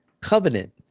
covenant